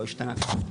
לא השתנה כלום.